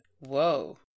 Whoa